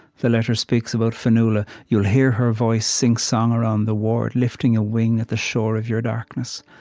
the letter speaks about fionnuala you'll hear her voice sing-song around the ward lifting a wing at the shore of your darkness,